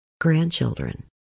grandchildren